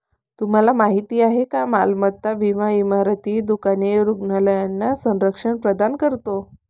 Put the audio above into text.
तुम्हाला माहिती आहे का मालमत्ता विमा इमारती, दुकाने, रुग्णालयांना संरक्षण प्रदान करतो